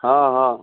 हँ हँ